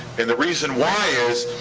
and the reason why is,